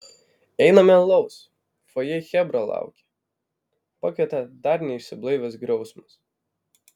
einame alaus fojė chebra laukia pakvietė dar neišsiblaivęs griausmas